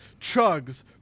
chugs